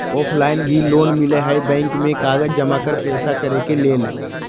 Offline भी loan मिलहई bank में कागज जमाकर पेशा करेके लेल?